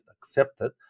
accepted